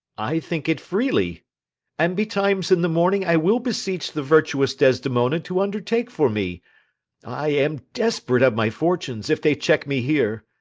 i think it freely and betimes in the morning i will beseech the virtuous desdemona to undertake for me i am desperate of my fortunes if they check me here.